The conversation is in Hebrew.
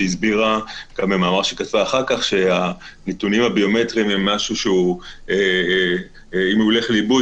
שהסבירה שהנתונים הביומטריים הם משהו שאם הולך לאיבוד,